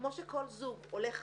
כמו שכל זוג הולך